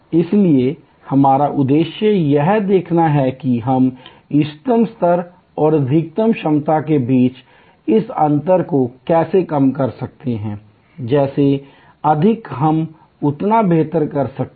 इसलिए हमारा उद्देश्य यह देखना है कि हम इष्टतम स्तर और अधिकतम क्षमता के बीच इस अंतर को कैसे कम कर सकते हैंजितना अधिक हम उतना बेहतर कर सकते हैं